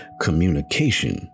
Communication